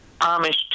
Amish